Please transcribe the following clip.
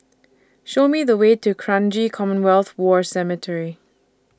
Show Me The Way to Kranji Commonwealth War Cemetery